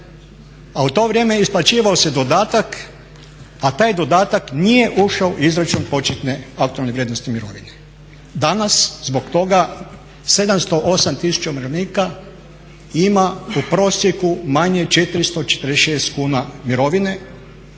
u to vrijeme isplaćivao se dodatak, a taj dodatak nije ušao u izračun početne aktualne vrijednosti mirovine. Danas zbog toga 708000 umirovljenika ima u prosjeku manje 446 kuna mirovine